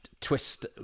twist